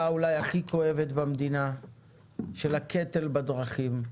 אולי הכי כואבת במדינה של הקטל בדרכים,